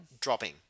dropping